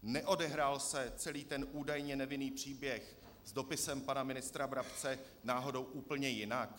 Neodehrál se celý ten údajně nevinný příběh s dopisem pana ministra Brabce náhodou úplně jinak?